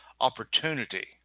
opportunity